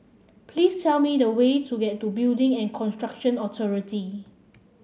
please tell me the way to get to Building and Construction Authority